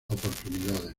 oportunidades